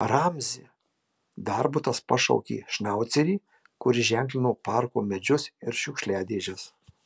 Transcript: ramzi darbutas pašaukė šnaucerį kuris ženklino parko medžius ir šiukšliadėžes